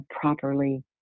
properly